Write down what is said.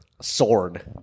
sword